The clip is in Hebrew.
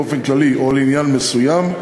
באופן כללי או לעניין מסוים,